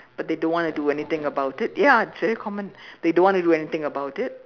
but they don't want to do anything about it ya it's very common they don't want to do anything about it